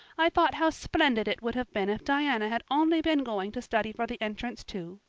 i thought how splendid it would have been if diana had only been going to study for the entrance, too.